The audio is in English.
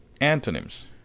Antonyms